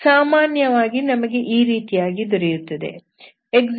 ಸಾಮಾನ್ಯವಾಗಿ ನಮಗೆ ಈ ರೀತಿಯಾಗಿ ದೊರೆಯುತ್ತದೆ